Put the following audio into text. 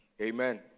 Amen